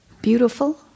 Beautiful